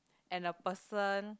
and a person